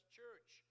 church